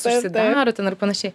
susidaro ten ir panašiai